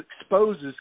exposes